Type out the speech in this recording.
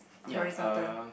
horizontal